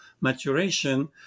maturation